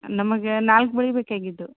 ನಮಗೆ ನಾಲ್ಕು ಬಳೆ ಬೇಕಾಗಿದ್ವು